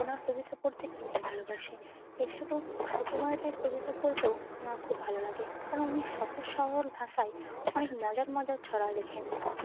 ওনার কবিতা পড়তে কে না ভালোবাসে এছাড়াও সুকুমার রায়ের কবিতা পড়তেও আমার খুব ভালো লাগে কারণ উনি সহজ সরল ভাষায় অনেক মজার মজার ছড়া লেখেন